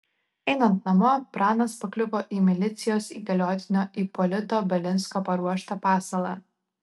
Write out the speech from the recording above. einant namo pranas pakliuvo į milicijos įgaliotinio ipolito balinsko paruoštą pasalą